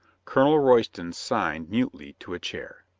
colonel royston signed mutely to a chair.